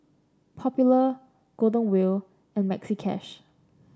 Popular Golden Wheel and Maxi Cash